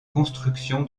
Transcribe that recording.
construction